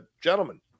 gentlemen